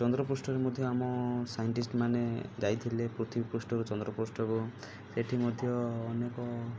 ଚନ୍ଦ୍ରପୃଷ୍ଠରେ ମଧ୍ୟ ଆମ ସାଇଣ୍ଟିଷ୍ଟ ମାନେ ଯାଇଥିଲେ ପୃଥିବୀ ପୃଷ୍ଠରୁ ଚନ୍ଦ୍ର ପୃଷ୍ଠକୁ ସେଠି ମଧ୍ୟ ଅନେକ